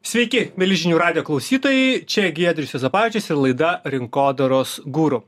sveiki milžinių radijo klausytojai čia giedrius juozapavičius ir laida rinkodaros guru